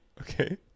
Okay